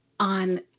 on